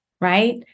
right